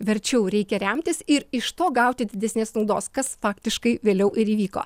verčiau reikia remtis ir iš to gauti didesnės naudos kas faktiškai vėliau ir įvyko